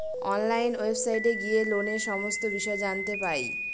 online ওয়েবসাইটে গিয়ে লোনের সমস্ত বিষয় জানতে পাই